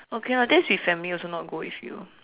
okay lah that's with family also not go with you